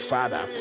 Father